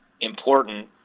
important